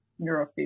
neurofeedback